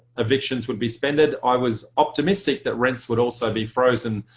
evictions would be suspended. i was optimistic that rents would also be frozen.